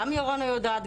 גם ירונה יודעת,